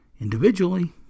Individually